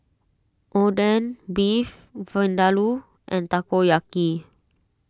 Oden Beef Vindaloo and Takoyaki